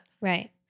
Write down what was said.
Right